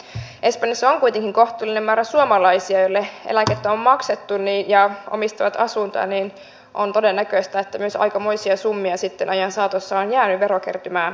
espanjassa on kuitenkin kohtuullinen määrä suomalaisia joille eläkkeitä on maksettu ja jotka omistavat asuntoja niin että on todennäköistä että myös aikamoisia summia ajan saatossa on sitten jäänyt verokertymään saamatta